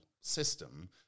system